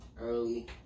early